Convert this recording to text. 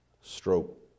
stroke